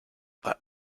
that